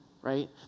right